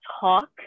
talk